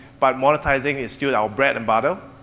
but monetizing is still our bread and butter.